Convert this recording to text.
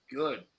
good